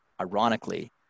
ironically